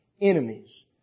enemies